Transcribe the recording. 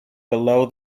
below